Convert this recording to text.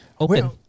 open